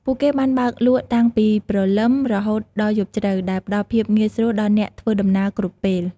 ពួកគេបានបើកលក់តាំងពីព្រលឹមរហូតដល់យប់ជ្រៅ ដែលផ្តល់ភាពងាយស្រួលដល់អ្នកធ្វើដំណើរគ្រប់ពេល។